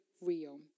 real